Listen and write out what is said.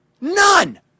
None